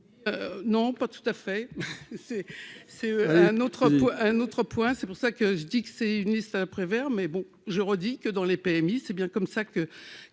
un autre point, un autre point, c'est pour ça que je dis que c'est une liste à la Prévert, mais bon, je redis que dans les PMI, c'est bien comme ça que